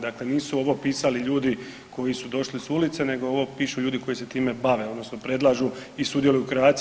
Dakle, nisu ovo pisali ljudi koji su došli s ulice, nego ovo pišu ljudi koji se time bave, odnosno predlažu i sudjeluju u kreaciji.